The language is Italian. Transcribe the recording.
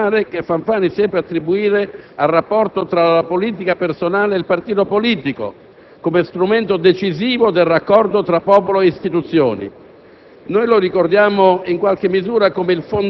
il significato profondo, democratico e popolare, che Fanfani seppe attribuire al rapporto tra la politica personale e il partito politico, come strumento decisivo del raccordo tra popolo ed istituzioni.